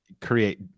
create